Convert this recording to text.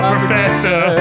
Professor